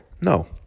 No